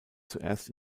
zuerst